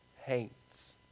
hates